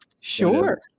Sure